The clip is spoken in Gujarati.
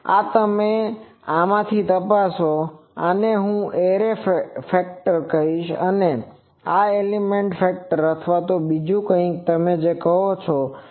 આ તમે આમાંથી તપાસો આને હું એરે ફેક્ટર કહીશ અને આ એલિમેન્ટ ફેક્ટર અથવા બીજું કંઈક તમે જે કહો તે